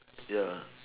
ya